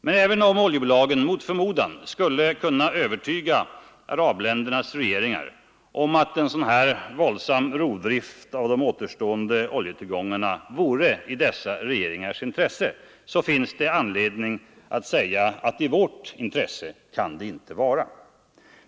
Men även om oljebolagen mot förmodan skulle kunna övertyga arabländernas regeringar om att en sådan våldsam rovdrift av de återstående oljetillgångarna vore i dessa regeringars intresse, finns det anledning att säga sig att i vårt intresse bör detta undvikas.